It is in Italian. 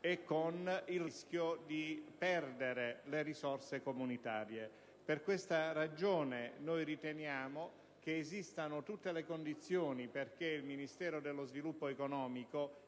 e con il rischio di perdere le risorse comunitarie. Per questa ragione noi riteniamo che esistano tutte le condizioni perché il Ministero dello sviluppo economico,